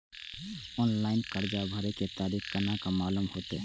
Online कर्जा भरे के तारीख केना मालूम होते?